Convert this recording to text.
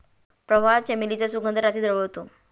प्रवाळ, चमेलीचा सुगंध रात्री दरवळतो